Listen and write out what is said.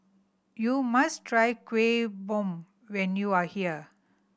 you must try Kuih Bom when you are here